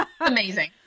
Amazing